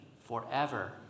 forever